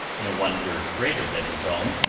in a wonder greater than his own,